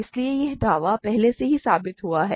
इसलिए यह दावा पहले से ही साबित हुआ है